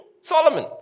Solomon